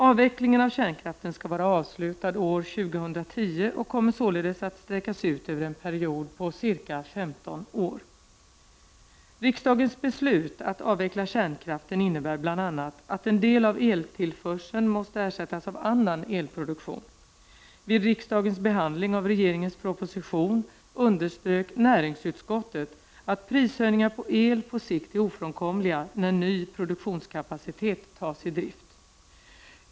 Avvecklingen av kärnkraften skall vara avslutad år 2010 och kommer således att sträckas ut över en period på ca 15 år. Riksdagens beslut att avveckla kärnkraften innebär bl.a. att en del av eltillförseln måste ersättas med annan elproduktion. Vid riksdagens behandling av regeringens proposition underströk näringsutskottet att prishöjningar på el på sikt är ofrånkomliga när ny produktionskapacitet tas i drift.